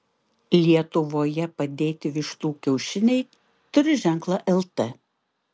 lietuvoje padėti vištų kiaušiniai turi ženklą lt